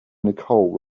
nicole